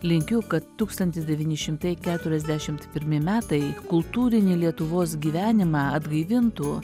linkiu kad tūkstantis devyni šimtai keturiasdešimt pirmti metai kultūrinį lietuvos gyvenimą atgaivintų